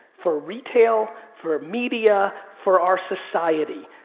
for retail, for media, for our society.